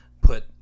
put